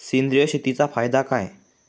सेंद्रिय शेतीचा फायदा काय?